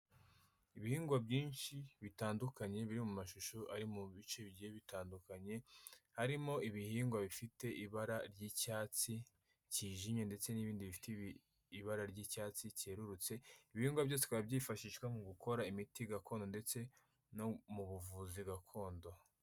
Ibihingwa byinshi bitandukanye, biri mu mashusho ari mu bice bigiye bitandukanye, harimo ibihingwa bifite ibara ry'icyatsi kijimye ndetse n'ibindi bifite ibara ry'icyatsi cyerurutse, ibihingwa byose bikaba byifashishwa mu gukora imiti gakondo ndetse no mu buvuzi gakondo.